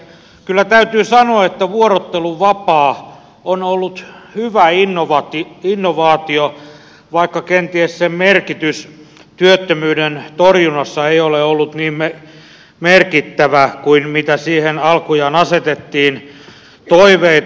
kyllä täytyy sanoa että vuorotteluvapaa on ollut hyvä innovaatio vaikka kenties sen merkitys työttömyyden torjunnassa ei ole ollut niin merkittävä kuin mitä siihen alkujaan asetettiin toiveita